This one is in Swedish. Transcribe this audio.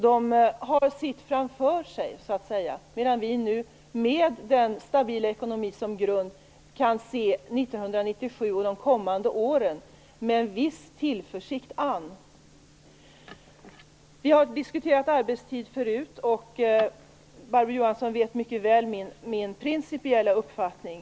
De har så att säga sitt framför sig, medan vi nu, med en stabil ekonomi som grund, kan se 1997 och de kommande åren med viss tillförsikt an. Vi har diskuterat arbetstid förut, och Barbro Johansson känner mycket väl till min principiella uppfattning.